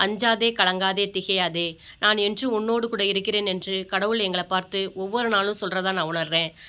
அஞ்சாதே கலங்காதே திகையாதே நான் என்றும் உன்னோடு கூட இருக்கிறேன் என்று கடவுள் எங்களை பார்த்து ஒவ்வொரு நாளும் சொல்கிறதா நான் உணர்கிறேன்